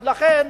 לכן